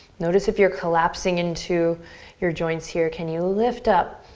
notice if you're collapsing into your joints here. can you lift up?